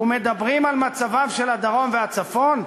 ומדברים על מצבם של הדרום והצפון?